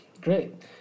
Great